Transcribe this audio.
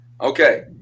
Okay